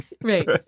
Right